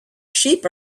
sheep